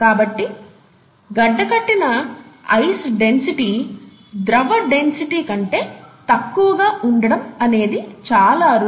కాబట్టి గడ్డ కట్టిన ఐస్ డెన్సిటీ ద్రవ డెన్సిటీ కంటే తక్కువగా ఉండటం అనేది చాలా అరుదు